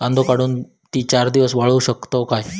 कांदो काढुन ती चार दिवस वाळऊ शकतव काय?